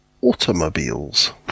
automobiles